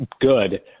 good